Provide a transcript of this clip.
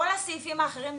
כל הסעיפים האחרים נמחקים.